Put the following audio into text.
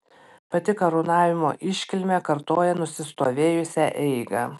pati karūnavimo iškilmė kartoja nusistovėjusią eigą